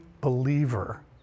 believer